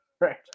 Right